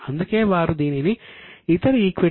other equity